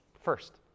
first